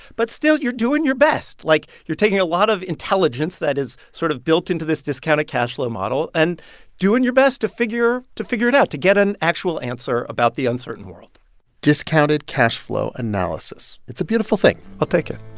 but still, you're doing your best. like, you're taking a lot of intelligence that is sort of built into this discounted cashflow model and doing your best to figure to figure it out, to get an actual answer about the uncertain world discounted cashflow analysis it's a beautiful thing i'll take it